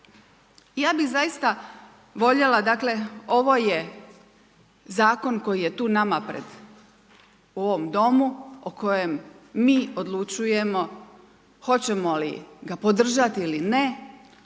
Ja bih zaista voljela dakle, ovo je zakon koji je tu nama pred u ovom domu o kojem mi odlučujemo hoćemo li ga podržati ili ne.